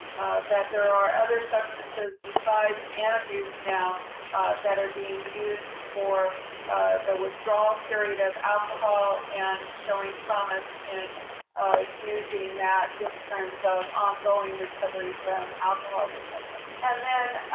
there are other substances, besides antabuse, now that are being used for the withdrawal period of alcohol and showing promise in using that, in terms of ongoing recovery from alcohol dependence. and then,